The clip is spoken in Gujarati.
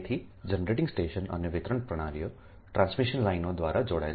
તેથી જનરેટિંગ સ્ટેશન અને વિતરણ પ્રણાલીઓ ટ્રાન્સમિશન લાઇનો દ્વારા જોડાયેલ છે